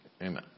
Amen